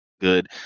good